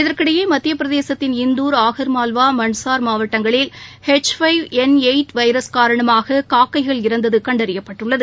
இதற்கிடையே மத்திய பிரதேசத்தின் இந்தூர் ஆகாமால்வா மன்ட்சார் மாவட்டங்களில் எச் ஐந்து எண் எட்டு வைரஸ் காரணமாக காக்கைகள் இறந்தது கண்டறியப்பட்டுள்ளது